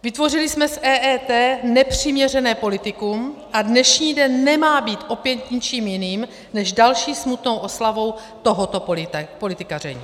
Vytvořili jsme z EET nepřiměřené politikum a dnešní den nemá být opět ničím jiným než další smutnou oslavou tohoto politikaření.